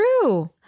true